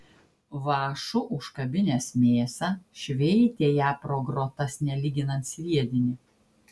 vąšu užkabinęs mėsą šveitė ją pro grotas nelyginant sviedinį